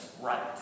right